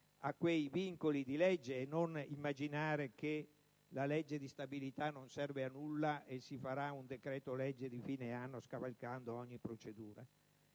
a quei vincoli di legge e non immaginare che la legge di stabilità non serva a nulla e che si farà un decreto-legge di fine anno scavalcando ogni procedura).